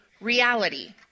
reality